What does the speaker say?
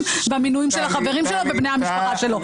במינויים של החברים שלו ובני המשפחה שלו?